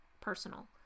personal